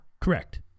Correct